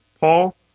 Paul